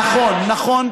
נכון, נכון.